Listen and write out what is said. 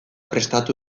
prestatu